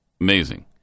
Amazing